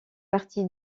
parti